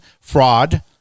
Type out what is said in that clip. fraud